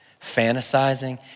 fantasizing